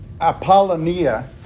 Apollonia